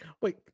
Wait